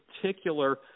particular